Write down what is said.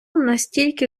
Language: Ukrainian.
настільки